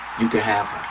you can have